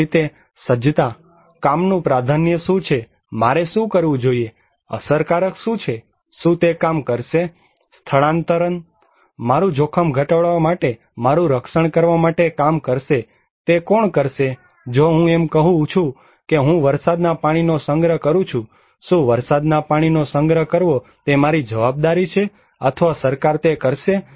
તેવી જ રીતે સજ્જતા કામનું પ્રાધાન્ય શું છે મારે શું કરવું જોઈએ અસરકારક શું છે શું તે કામ કરશે સ્થળાંતર મારું જોખમ ઘટાડવા માટે મારું રક્ષણ કરવા માટે કામ કરશે તે કોણ કરશે જો હું એમ કહું છું કે હું વરસાદના પાણીનો સંગ્રહ કરું છું શું વરસાદના પાણીનો સંગ્રહ કરવો તે મારી જવાબદારી છે અથવા સરકાર તે કરશે